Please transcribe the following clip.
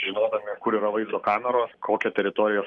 žinodami kur yra vaizdo kameros kokią teritorijos